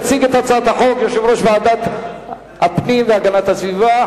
יציג את הצעת החוק יושב-ראש ועדת הפנים והגנת הסביבה,